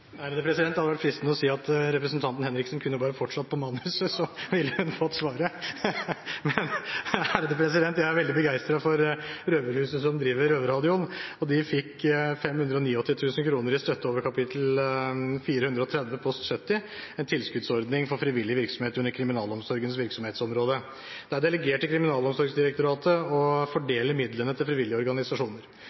hadde vært fristende å si at representanten Henriksen bare kunne fortsatt på manuset, så ville hun fått svaret! Jeg er veldig begeistret for Røverhuset, som driver Røverradioen, og de fikk 589 000 kr i støtte over kap. 430 post 70, en tilskuddsordning for frivillig virksomhet under Kriminalomsorgens virksomhetsområde. Det er delegert til Kriminalomsorgsdirektoratet å fordele midlene til frivillige organisasjoner.